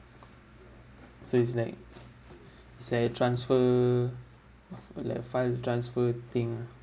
so it's like saya transfer of like a file transfer thing ah